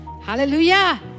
Hallelujah